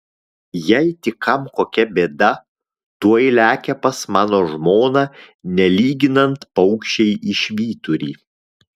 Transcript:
jei tik kam kokia bėda tuoj lekia pas mano žmoną nelyginant paukščiai į švyturį